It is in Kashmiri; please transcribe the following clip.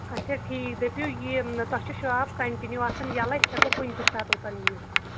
اچھا ٹھیٖک دٔپِو یہِ تَۄہہِ چھِ شاپ کَنٹِنیوٗ آسان ییٚلَے أسۍ ہٮ۪کو کُنہِ تہِ ساتہٕ اوٚتَن یِتھ